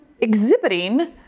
exhibiting